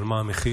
אבל מה המחיר?